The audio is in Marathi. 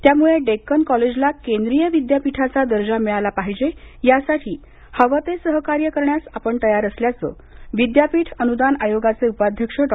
त्यामुळे डेक्कन कॉलेजला केंद्रीय विद्यापीठाचा दर्जा मिळाला पाहिजे यासाठी हवं ते सहकार्य करण्यास आपण तयार असल्याचं विद्यापीठ अनुदान आयोगाचे उपाध्यक्ष डॉ